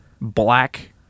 black